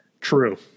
True